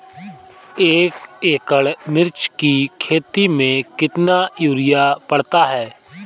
एक एकड़ मिर्च की खेती में कितना यूरिया पड़ता है?